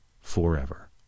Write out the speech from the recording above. forever